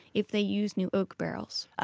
if they use new oak barrels